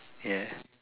yes